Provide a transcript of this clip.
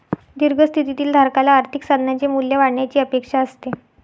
दीर्घ स्थितीतील धारकाला आर्थिक साधनाचे मूल्य वाढण्याची अपेक्षा असते